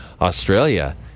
Australia